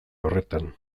horretan